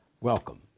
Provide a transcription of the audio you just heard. Welcome